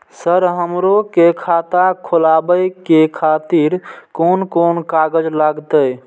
Sir हमरो के खाता खोलावे के खातिर कोन कोन कागज लागते?